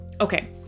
Okay